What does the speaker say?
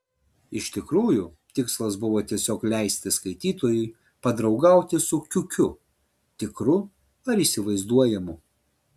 iš tikrųjų tikslas buvo tiesiog leisti skaitytojui padraugauti su kiukiu tikru ar įsivaizduojamu